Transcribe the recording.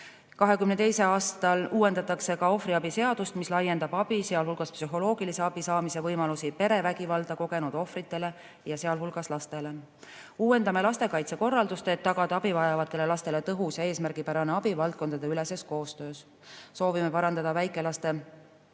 2022. aastal uuendatakse ka ohvriabi seadust, mis laiendab abi, sealhulgas psühholoogilise abi saamise võimalusi perevägivalda kogenud ohvritele, sealhulgas lastele. Uuendame lastekaitse korraldust, et tagada abi vajavatele lastele tõhus ja eesmärgipärane abi valdkondadeüleses koostöös. Soovime parandada väikelaste